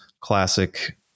classic